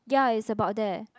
ya it's about there